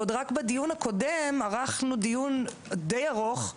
ועוד רק בדיון הקודם ערכנו דיון די ארוך,